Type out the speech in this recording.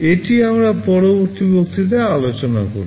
এটি আমরা পরবর্তী বক্তৃতায় আলোচনা করব